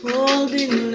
Holding